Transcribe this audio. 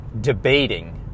debating